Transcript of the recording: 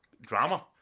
drama